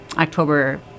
October